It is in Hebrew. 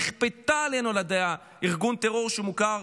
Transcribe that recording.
נכפתה עלינו על ידי ארגון הטרור שמוכר